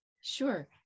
Sure